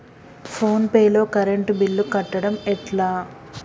Phone pay లో current bill కట్టడం ఎట్లా?